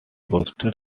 poster